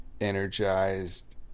energized